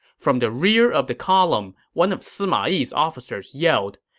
from the rear of the column, one of sima yi's officers yelled,